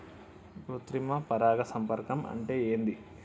కృత్రిమ పరాగ సంపర్కం అంటే ఏంది?